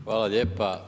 Hvala lijepa.